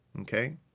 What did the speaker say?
okay